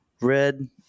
red